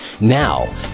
Now